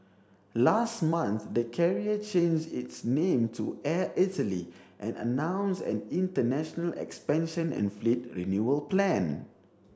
last month the Carrier changed its name to Air Italy and announced an international expansion and fleet renewal plan